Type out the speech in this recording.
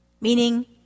meaning